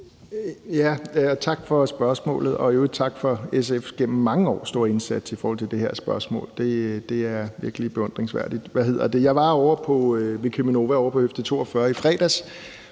Tak for spørgsmålet, og i øvrigt tak for SF's gennem mange år store indsats i forhold til det her spørgsmål. Det er virkelig beundringsværdigt. Jeg var ovre ved Cheminova ovre på høfde 42 i fredags